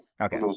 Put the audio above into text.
Okay